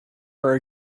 are